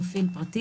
מפעיל פרטי),